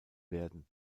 werden